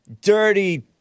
dirty